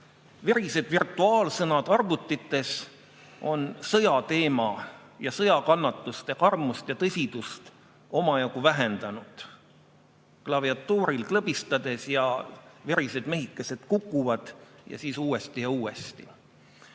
verised virtuaalsõjad arvutites on sõjateema ja sõjakannatuste karmust ja tõsidust omajagu vähendanud. Klaviatuuril klõbistades verised mehikesed kukuvad, ja siis uuesti ja uuesti.